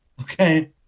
okay